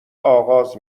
آغاز